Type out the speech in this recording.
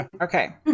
Okay